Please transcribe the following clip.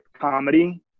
comedy